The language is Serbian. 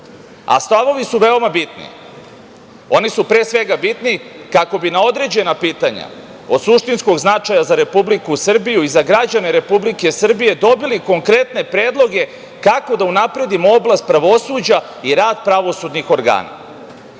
a stavovi su veoma bitni. Oni su pre svega bitni kako bi na određena pitanja od suštinskog značaja za Republiku Srbiju i za građane Republike Srbije, dobili konkretne predloge kako da unapredimo oblast pravosuđa i rad pravosudnih organa. Oblast